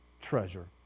treasure